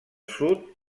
sud